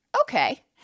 Okay